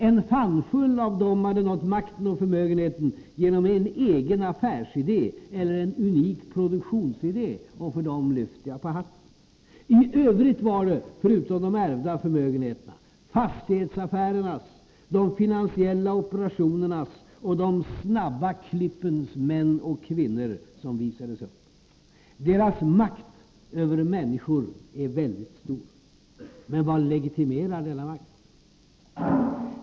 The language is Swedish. En handfull av dem hade nått makten och förmögenheten genom en egen affärsidé eller en unik produktionsidé, och för dem lyfter jag på hatten. I övrigt var det — förutom de ärvda förmögenheterna — fastighetsaffärernas, de finansiella operationernas och de snabba klippens män och kvinnor som visades upp. Deras makt över människor är väldigt stor. Men vad legitimerar denna makt?